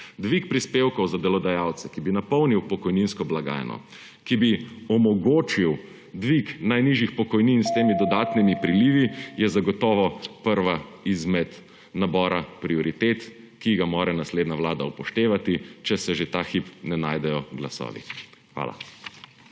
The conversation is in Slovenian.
Dvig prispevkov za delodajalce, ki bi napolnil pokojninsko blagajno, ki bi omogočil dvig najnižjih pokojnin s temi dodatnimi prilivi, je zagotovo prva izmed nabora prioritet, ki ga mora naslednja vlada upoštevati, če se že ta hip ne najdejo glasovi. Hvala.